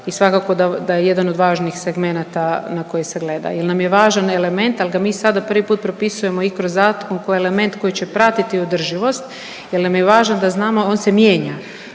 i svakako da je jedan od važnih segmenata na koji se gleda, jel nam je važan element al ga mi sada prvi put propisujemo i kroz zakon ko element koji će pratiti održivost jel nam je važno da znamo on se mijenja